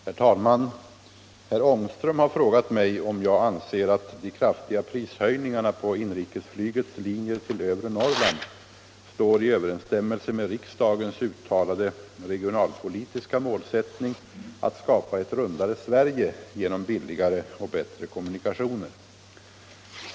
Herr talman! Herr Ångström har frågat mig om jag anser att de kraftiga prishöjningarna på inrikesflygets linjer till övre Norrland står i överensstämmelse med riksdagens uttalade regionalpolitiska målsättning att skapa ett ”rundare Sverige” genom billigare och bättre kommunikationer.